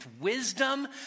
wisdom